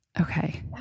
Okay